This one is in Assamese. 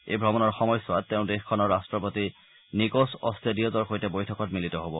এই ভ্ৰমণৰ সময়ছোৱাত তেওঁ দেশখনৰ ৰাট্টপতি নিক ছ অট্টেডিয়েজৰ সৈতে বৈঠকত মিলিত হ'ব